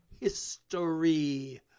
history